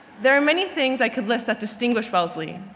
there are many things i could list that distinguish wellesley.